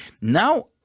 Now